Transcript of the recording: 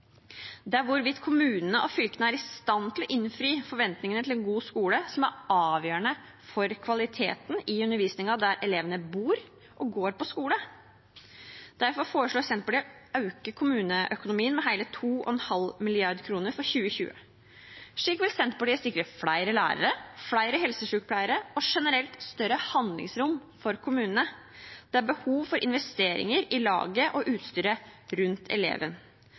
Det er hvorvidt kommunene og fylkene er i stand til å innfri forventningene til en god skole, som er avgjørende for kvaliteten i undervisningen der elevene bor og går på skole. Derfor foreslår Senterpartiet å øke kommuneøkonomien med hele 2,5 mrd. kr for 2020. Slik vil Senterpartiet sikre flere lærere, flere helsesykepleiere og generelt større handlingsrom for kommunene. Det er behov for investeringer i laget og utstyret rundt eleven.